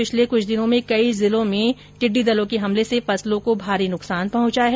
पिछले कुछ दिनों में कई जिलों में टिड्डी दलों के हमले से फसलों को भारी नुकसान पहुंचा है